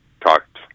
talked